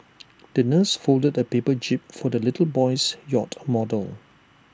the nurse folded A paper jib for the little boy's yacht model